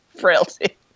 Frailty